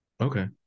Okay